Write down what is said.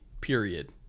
period